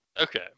Okay